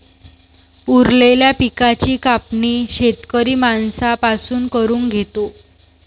उरलेल्या पिकाची कापणी शेतकरी माणसां पासून करून घेतो